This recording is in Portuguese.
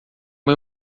uma